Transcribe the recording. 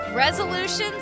Resolutions